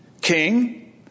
King